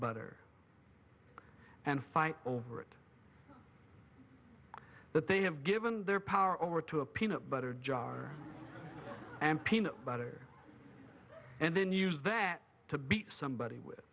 butter and fight over it that they have given their power over to a peanut butter jar and peanut butter and then use that to beat somebody with